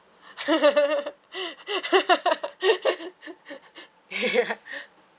ya